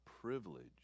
privilege